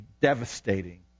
devastating